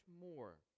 more